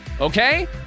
Okay